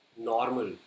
normal